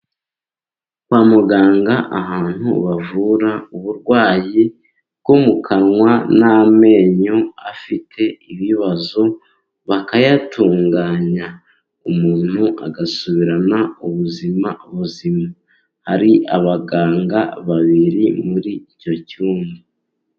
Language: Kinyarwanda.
Kwa muganga, ahantu bavura uburwayi bwo mu kanwa n'amenyo afite ibibazo bakayatunganya, umuntu agasubirana ubuzima, hari abaganga babiri mur'icyo cyumba.